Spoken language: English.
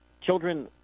children